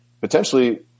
potentially